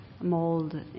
mold